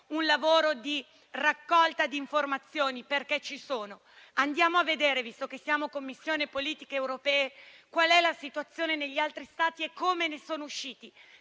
un lavoro di raccolta di informazioni, perché ci sono; andiamo a vedere come Commissione politiche dell'Unione europea, qual è la situazione negli altri Stati e come ne sono usciti.